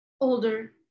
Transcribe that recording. older